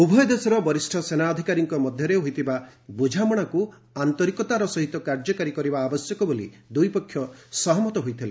ଉଭୟ ଦେଶର ବରିଷ୍ଠ ସେନା ଅଧିକାରୀଙ୍କ ମଧ୍ୟରେ ହୋଇଥିବା ବ୍ରଝାମଣାକୁ ଆନ୍ତରିକତାର ସହିତ କାର୍ଯ୍ୟକାରୀ କରିବା ଆବଶ୍ୟକ ବୋଲି ଦୁଇପକ୍ଷ ସହମତ ହୋଇଥିଲେ